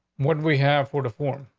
what we have for reform.